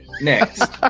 next